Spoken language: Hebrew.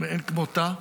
מאין כמותה.